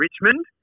Richmond